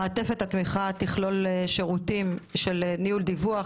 מעטפת התמיכה תכלול שירותים של ניהול דיווח,